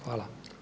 Hvala.